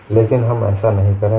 लेकिन हम ऐसा नहीं करेंगे